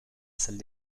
salle